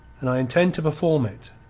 and i intend to perform it.